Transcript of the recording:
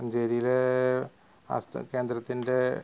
മഞ്ചേരിയിൽ ആസ്ഥ കേന്ദ്രത്തിന്റെ